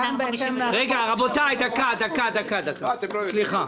רבותיי, סליחה.